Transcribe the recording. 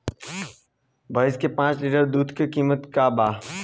भईस के पांच लीटर दुध के कीमत का बा?